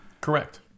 correct